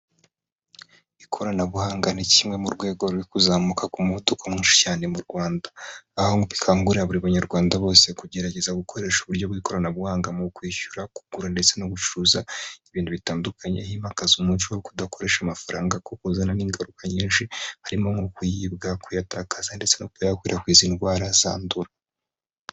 Ikoranabuhanga ni kimwe mu rwego ruri kuzamuka ku muvuduko mwinshi cyane mu Rwanda. Aho bikangurira buri banyarwanda bose kugerageza gukoresha uburyo bw'ikoranabuhanga mu kwishyura, kugura, ndetse no gucuruza ibintu bitandukanye, himakazwa umuco wo kudakoresha amafaranga kuko uzanamo ingaruka nyinshi, harimo nko kuyibwa, kuyatakaza ndetse no kuba yakwirakwiza indwara zandura.